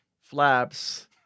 flaps